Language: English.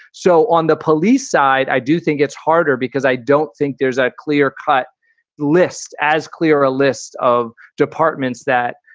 so on the police side, i do think it's harder because i don't think there's a clear cut list as clear a list of departments that,